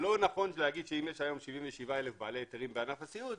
לא נכון להגיד שאם יש היום 77 בעלי היתרים בענף הסיעוד,